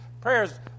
prayers